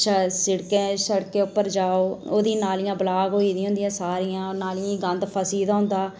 जि'यां सड़कें पर जाओ ओह्दी नालियां ब्लॉक होई दियां होंदियां सारियां नालियें ई गंद फसी दा होंदा